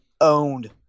owned